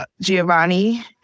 Giovanni